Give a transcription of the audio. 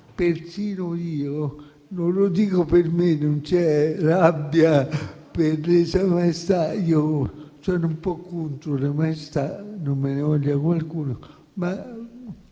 "persino io", non lo dico per me e non c'è rabbia per una lesa maestà. Sono un po' contro le maestà e non me ne voglia qualcuno, ma